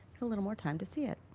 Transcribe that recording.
a little more time to see it.